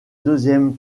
deuxième